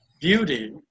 Beauty